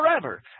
forever